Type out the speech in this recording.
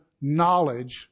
knowledge